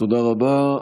תודה רבה.